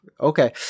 Okay